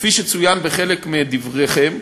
כפי שצוין בחלק מדבריכם,